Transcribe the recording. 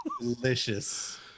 Delicious